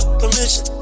permission